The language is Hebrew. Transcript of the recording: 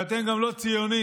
ואתם גם לא ציונים,